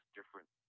different